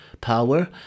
power